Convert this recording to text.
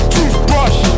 Toothbrush